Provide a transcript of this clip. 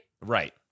Right